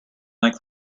like